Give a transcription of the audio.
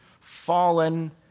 fallen